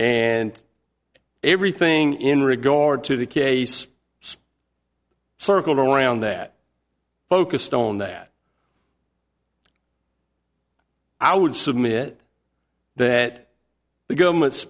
and everything in regard to the case circled around that focused on that i would submit that the government's